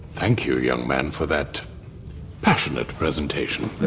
thank you, young man, for that passionate presentation,